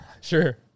Sure